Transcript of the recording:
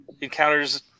encounters